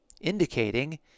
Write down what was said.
indicating